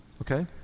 Okay